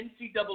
NCAA